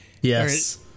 Yes